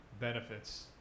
benefits